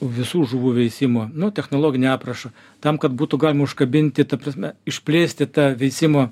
visų žuvų veisimo nu technologinį aprašą tam kad būtų galima užkabinti ta prasme išplėsti tą veisimo